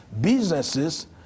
businesses